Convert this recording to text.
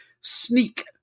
Sneak